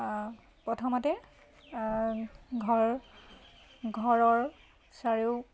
প্ৰথমতে ঘৰ ঘৰৰ চাৰিও